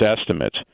estimates